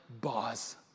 boss